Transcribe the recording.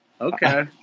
Okay